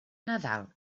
nadal